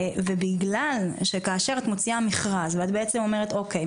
ובגלל שכאשר את מוציאה מכרז ואת אומרת: אוקיי,